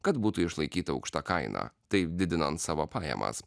kad būtų išlaikyta aukšta kaina taip didinant savo pajamas